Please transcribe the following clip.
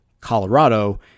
Colorado